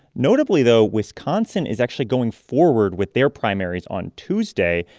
notably, though, wisconsin is actually going forward with their primaries on tuesday.